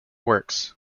works